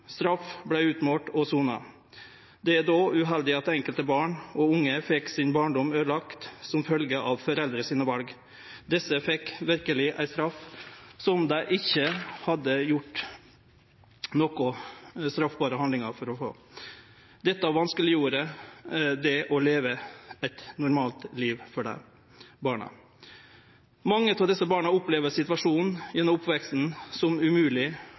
Straff vart utmålt og sona. Det er då uheldig at enkelte barn og unge fekk barndommen sin øydelagd som følgje av foreldra sine val. Desse fekk verkeleg ei straff som dei ikkje hadde gjort nokre straffbare handlingar for å få. Dette vanskeleggjorde det å leve eit normalt liv for dei barna. Mange av desse barna opplevde ein situasjon gjennom oppveksten som